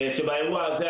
שבאירוע הזה,